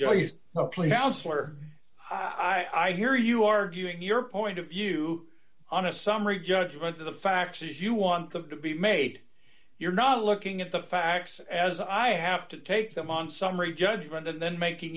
where i hear you arguing your point of view on a summary judgment of the facts as you want them to be made you're not looking at the facts as i have to take them on summary judgment and then making